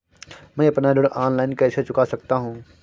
मैं अपना ऋण ऑनलाइन कैसे चुका सकता हूँ?